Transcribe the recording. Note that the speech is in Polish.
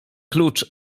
klucz